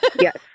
Yes